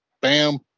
bam